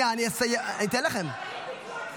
יצאה עכשיו הודעה שהם